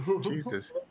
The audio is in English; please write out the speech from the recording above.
Jesus